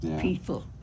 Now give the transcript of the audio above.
people